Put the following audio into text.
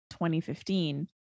2015